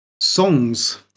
Songs